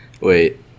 Wait